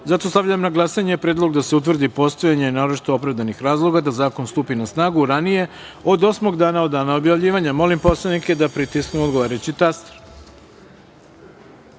donošenja. Stavljam na glasanje Predlog da se utvrdi postojanje naročito opravdanih razloga da zakon stupi na snagu ranije od osmog dana od dana objavljivanja. Molim poslanike da pritisnu odgovarajući